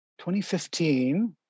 2015